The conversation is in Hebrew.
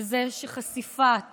וזה שחשיפת